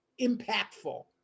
impactful